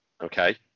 Okay